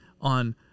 on